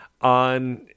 on